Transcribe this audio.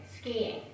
skiing